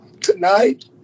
tonight